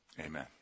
Amen